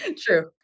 True